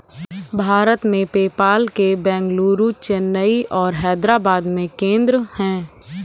भारत में, पेपाल के बेंगलुरु, चेन्नई और हैदराबाद में केंद्र हैं